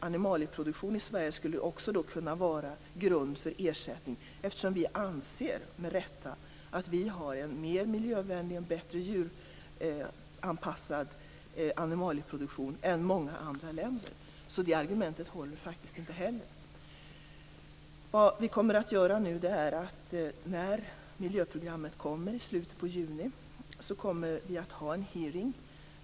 Animalieproduktionen i Sverige skulle då också kunna vara en grund för ersättning, eftersom vi med rätta anser att vi har en mer miljövänlig och en bättre djuranpassad animalieproduktion än många andra länder. Därför håller faktiskt inte det här argumentet heller. När miljöprogrammet kommer i slutet av juni kommer vi att ha en hearing.